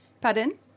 pardon